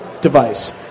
device